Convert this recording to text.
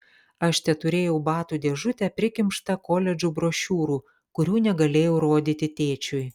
aš teturėjau batų dėžutę prikimštą koledžų brošiūrų kurių negalėjau rodyti tėčiui